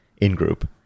in-group